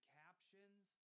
captions